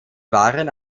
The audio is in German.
waren